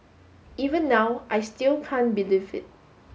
even now I still can't believe it